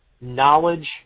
knowledge